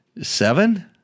seven